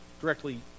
directly